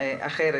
אחרת,